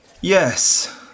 Yes